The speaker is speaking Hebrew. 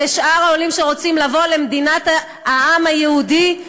ושאר העולים שרוצים לבוא למדינת העם היהודי,